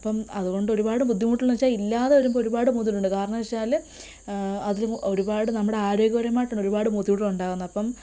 അപ്പം അതുകൊണ്ട് ഒരുപാട് ബുദ്ധി മുട്ടുകളെന്ന് വെച്ചാൽ ഇല്ലാതെ വരുമ്പോൾ ഒരുപാട് ബുദ്ധിമുട്ടുണ്ട് കാരണമെന്ന് വെച്ചാൽ അത് ഒരുപാട് നമ്മുടെ ആരോഗ്യപരമായിട്ടുള്ള ഒരുപാട് ബുദ്ധിമുട്ടുകളുണ്ടാകുന്നു അപ്പം